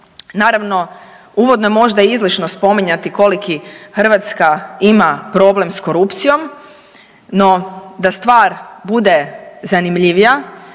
Naravno, uvodno je možda izlišno spominjati koliki Hrvatska ima problem s korupcijom, no da stvar bude zanimljivija